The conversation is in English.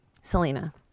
Selena